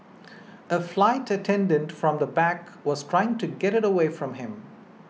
a flight attendant from the back was trying to get it away from him